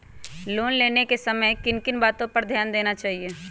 Loan लेने के समय किन किन वातो पर ध्यान देना चाहिए?